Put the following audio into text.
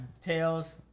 tails